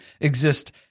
exist